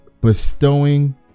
bestowing